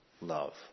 Love